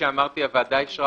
בישיבה האחרונה הוועדה אישרה